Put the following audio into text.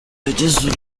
yagize